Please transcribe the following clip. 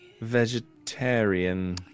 Vegetarian